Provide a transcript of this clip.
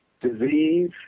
disease